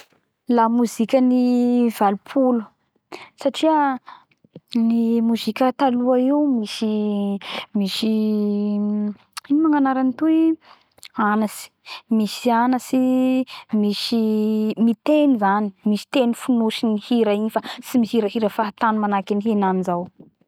La mozika ny valopolo satria ny mozika taloha io misy, misy, ino moa gnanarany toy anatsy! misy anatsy misy miteny zany misy teny fonosiny hirahira iny fa tsy mhirahira fahatany manahaky ny henany zao.